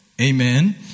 Amen